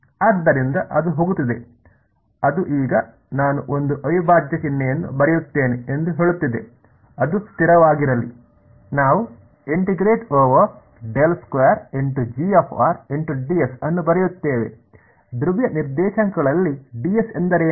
ಆದ್ದರಿಂದ ಅದು ಹೋಗುತ್ತಿದೆ ಅದು ಈಗ ನಾನು ಒಂದು ಅವಿಭಾಜ್ಯ ಚಿಹ್ನೆಯನ್ನು ಬರೆಯುತ್ತೇನೆ ಎಂದು ಹೇಳುತ್ತಿದೆ ಅದು ಸ್ಥಿರವಾಗಿರಲಿ ನಾವು ಅನ್ನು ಬರೆಯುತ್ತೇವೆ ಧ್ರುವೀಯ ನಿರ್ದೇಶಾಂಕಗಳಲ್ಲಿ ಎಂದರೇನು